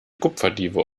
kupferdiebe